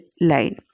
line